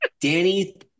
Danny